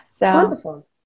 Wonderful